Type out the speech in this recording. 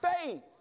faith